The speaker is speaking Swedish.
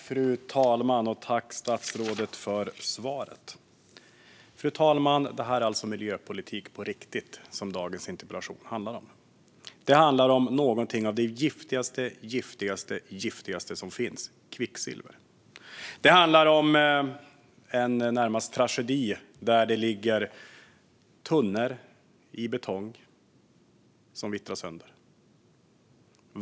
Fru talman! Tack, statsrådet, för svaret! Dagens interpellation handlar om miljöpolitik på riktigt. Den handlar om något av det giftigaste som finns, nämligen kvicksilver. Det handlar närmast om en tragedi, med tunnor i betong som vittrar sönder.